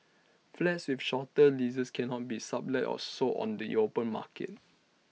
flats with shorter leases cannot be sublet or sold on the open market